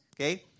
okay